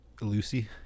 Lucy